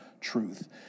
truth